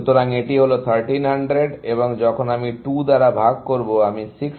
সুতরাং এটি হল 1300 এবং যখন আমি 2 দ্বারা ভাগ করব আমি 650 পাব